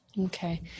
Okay